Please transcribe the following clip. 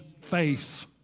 faith